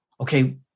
okay